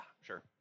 sure